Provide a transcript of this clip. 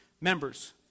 members